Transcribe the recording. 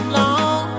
long